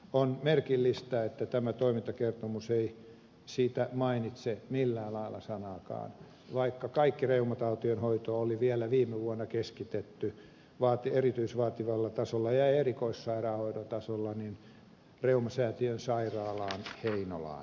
on merkillistä että tämä toimintakertomus ei siitä mainitse millään lailla sanaakaan vaikka kaikki reumatautien hoito oli vielä viime vuonna keskitetty erityisvaativalla tasolla ja erikoissairaanhoidon tasolla reumasäätiön sairaalaan heinolaan